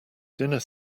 dinner